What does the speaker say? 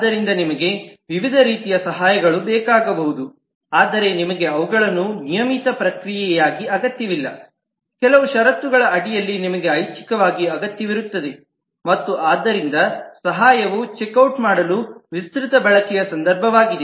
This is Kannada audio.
ಆದ್ದರಿಂದ ನಿಮಗೆ ವಿವಿಧ ರೀತಿಯ ಸಹಾಯಗಳು ಬೇಕಾಗಬಹುದು ಆದರೆ ನಿಮಗೆ ಅವುಗಳನ್ನು ನಿಯಮಿತ ಪ್ರಕ್ರಿಯೆಯಾಗಿ ಅಗತ್ಯವಿಲ್ಲ ಕೆಲವು ಷರತ್ತುಗಳ ಅಡಿಯಲ್ಲಿ ನಿಮಗೆ ಐಚ್ಚಿಕವಾಗಿ ಅಗತ್ಯವಿರುತ್ತದೆ ಮತ್ತು ಆದ್ದರಿಂದ ಸಹಾಯವು ಚೆಕ್ ಔಟ್ ಮಾಡಲು ವಿಸ್ತೃತ ಬಳಕೆಯ ಸಂದರ್ಭವಾಗಿದೆ